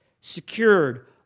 secured